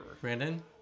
Brandon